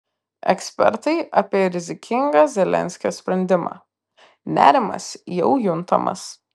ekspertai apie rizikingą zelenskio sprendimą nerimas jau juntamas